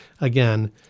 again